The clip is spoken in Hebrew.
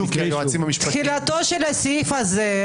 תחילתו של הסעיף הזה,